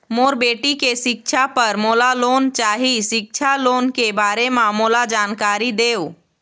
मोर बेटी के सिक्छा पर मोला लोन चाही सिक्छा लोन के बारे म मोला जानकारी देव?